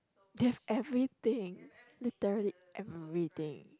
they have everything literally everything